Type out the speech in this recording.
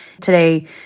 today